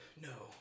No